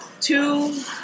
two